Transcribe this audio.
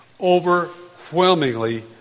overwhelmingly